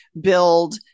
build